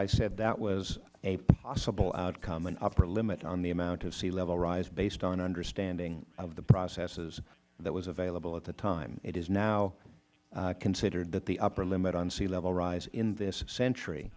i said that was a possible outcome an upper limit on the amount of sea level rise based on understanding of the processes that was available at the time it is now considered that the upper limit on sea level rise in this century